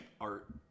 art